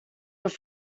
was